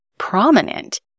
prominent